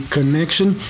Connection